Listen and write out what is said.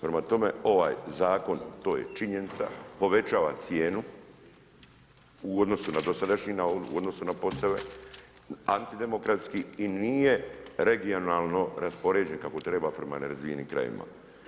Prema tome, ovaj zakon, to je činjenica, povećava cijenu u odnosu na dosadašnji, u odnosu na ... [[Govornik se ne razumije]] antidemografski i nije regionalno raspoređen kako treba prema nerazvijenim krajevima.